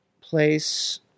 place